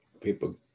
people